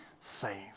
saved